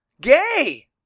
Gay